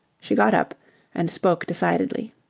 she got up and spoke decidedly.